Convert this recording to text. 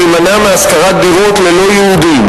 להימנע מהשכרת דירות ללא-יהודים,